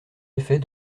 effet